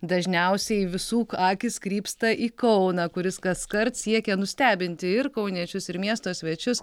dažniausiai visų akys krypsta į kauną kuris kaskart siekia nustebinti ir kauniečius ir miesto svečius